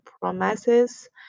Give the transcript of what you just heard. promises